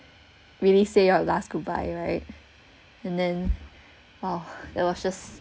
really say your last goodbye right and then well it was just